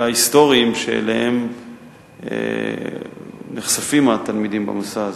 ההיסטוריים שאליהם נחשפים התלמידים במסע זה.